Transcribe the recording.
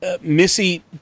Missy